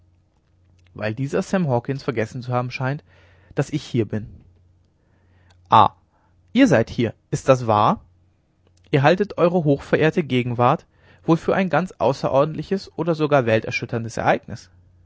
weil dieser sam hawkens vergessen zu haben scheint daß ich hier bin ah ihr seid hier ist das wahr ihr haltet eure hochverehrte gegenwart wohl für ein ganz außerordentliches oder sogar welterschütterndes ereignis